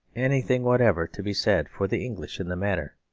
anything whatever to be said for the english in the matter?